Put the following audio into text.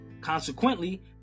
Consequently